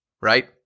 right